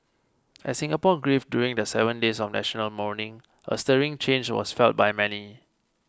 as Singapore grieved during the seven days of national mourning a stirring change was felt by many